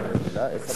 שרי הממשלה,